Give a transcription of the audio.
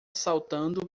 saltando